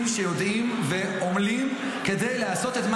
מטעה אתכם.